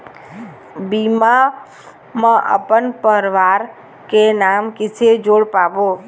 बीमा म अपन परवार के नाम किसे जोड़ पाबो?